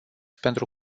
pentru